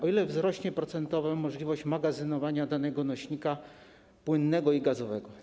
O ile wzrośnie - procentowo - możliwość magazynowania danego nośnika płynnego i gazowego?